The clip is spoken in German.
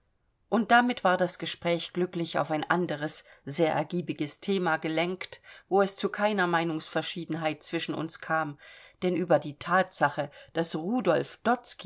und damit war das gespräch glücklich auf ein anderes sehr ergiebiges thema gelenkt wo es zu keiner meinungsverschiedenheit zwischen uns kam denn über die thatsache daß rudolf